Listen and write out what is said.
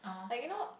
like you know